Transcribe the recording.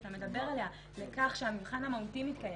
שאתה מדבר עליה לכך שהמבחן המהותי מתקיים,